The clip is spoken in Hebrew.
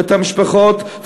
ואת המשפחות,